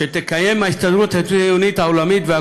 שההסתדרות הציונית העולמית תקיים,